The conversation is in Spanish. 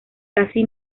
casi